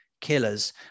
killers